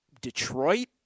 Detroit